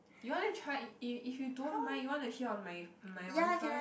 you want to try if if if you don't mind you want to hear on my my my one first